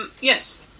Yes